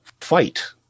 fight